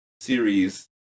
series